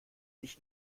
ich